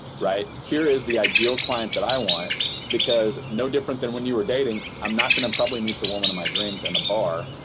right? here is the ideal client that i want because no different than when you were dating, i'm not going to probably meet the woman of my dreams in a bar.